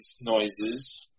noises